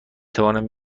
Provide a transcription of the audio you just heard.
توانم